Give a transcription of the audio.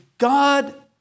God